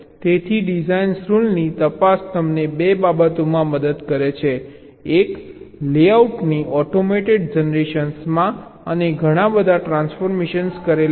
તેથી ડિઝાઇન રૂલની તપાસ તમને 2 બાબતોમાં મદદ કરે છે એક લેઆઉટની ઓટોમેટેડ જનરેશનમાં અને ઘણા બધા ટ્રાંસફોર્મેશન્સ કર્યા છે